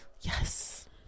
yes